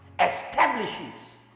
establishes